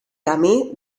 camí